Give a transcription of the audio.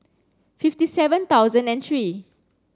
fifty seven thousand and three